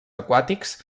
aquàtics